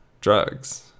drugs